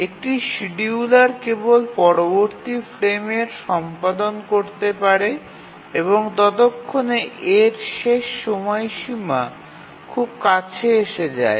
একটি শিডিয়ুলার কেবল পরবর্তী ফ্রেমে এর সম্পাদন করতে পারে তবে ততক্ষণে এর শেষ সময়সীমা খুব কাছে এসে যায়